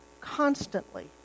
constantly